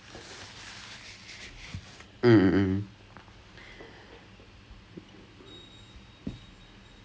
to study ஏனா:aenaa it will like you can still use the knowledge and nowadays nowadays I'm doing twenty first century marketing